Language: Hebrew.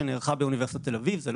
באופן עקבי - אגב,